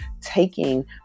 taking